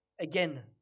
again